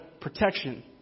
protection